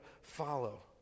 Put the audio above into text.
follow